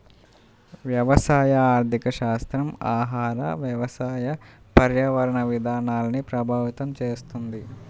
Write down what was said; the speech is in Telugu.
వ్యవసాయ ఆర్థికశాస్త్రం ఆహార, వ్యవసాయ, పర్యావరణ విధానాల్ని ప్రభావితం చేస్తుంది